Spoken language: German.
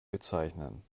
bezeichnen